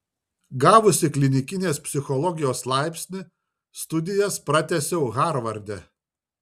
gavusi klinikinės psichologijos laipsnį studijas pratęsiau harvarde